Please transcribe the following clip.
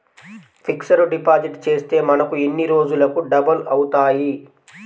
Fixed deposit చేస్తే మనకు ఎన్ని రోజులకు డబల్ అవుతాయి?